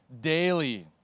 daily